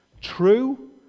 True